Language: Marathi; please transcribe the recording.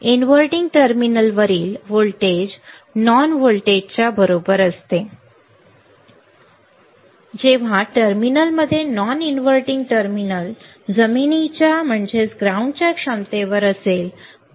इनव्हर्टिंग टर्मिनलवरील व्होल्टेज नॉन व्होल्टेज सारखेच असेल जेव्हा टर्मिनलमध्ये नॉन इनव्हर्टिंग टर्मिनल जमिनीच्या क्षमतेवर असेल